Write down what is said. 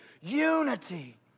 unity